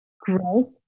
growth